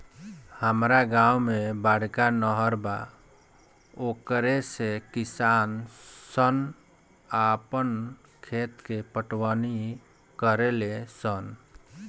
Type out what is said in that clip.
हामरा गांव में बड़का नहर बा ओकरे से किसान सन आपन खेत के पटवनी करेले सन